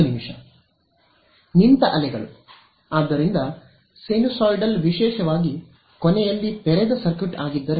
ನಿಂತ ಅಲೆಗಳು ಆದ್ದರಿಂದ ಸೈನುಸಾಯಿಡಲ್ ವಿಶೇಷವಾಗಿ ಕೊನೆಯಲ್ಲಿ ತೆರೆದ ಸರ್ಕ್ಯೂಟ್ ಆಗಿದ್ದರೆ